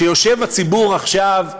שיושב הציבור עכשיו,